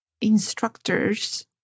instructors